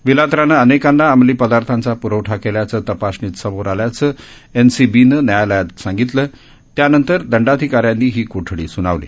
विलात्रानं अनेकांना अंमली पदार्थाचा पुरवठा केल्याचं तपासणीत समोर आल्याचं एन सी बीनं न्यायालयाला सांगितलं त्या नंतर दंडाधिकाऱ्यांनी ही कोठडी सुनावली